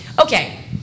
Okay